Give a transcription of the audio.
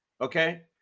Okay